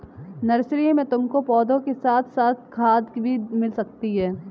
nursery में तुमको पौधों के साथ साथ खाद भी मिल सकती है